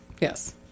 Yes